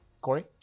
Corey